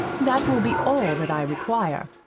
that will be all that i require,